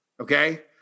okay